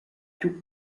più